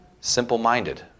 simple-minded